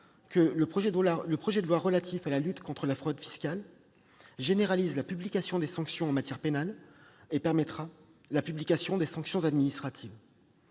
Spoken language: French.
le projet de loi relatif à la lutte contre la fraude généralise la publication des sanctions en matière pénale et permettra la publication des sanctions administratives.